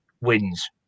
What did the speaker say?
wins